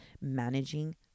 managing